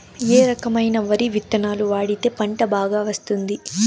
ఏ రకమైన వరి విత్తనాలు వాడితే పంట బాగా వస్తుంది?